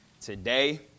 today